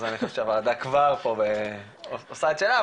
אז אני חושב שהוועדה כבר עושה את שלה,